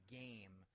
game